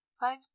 Five